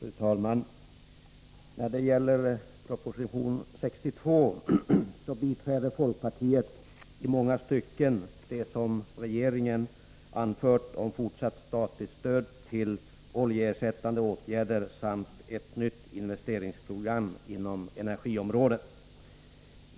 Fru talman! När det gäller proposition 62 biträder folkpartiet i många stycken det som regeringen anfört om fortsatt statligt stöd till oljeersättande åtgärder samt ett nytt investeringsprogram inom energiområdet.